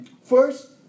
first